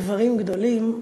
גברים גדולים,